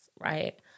right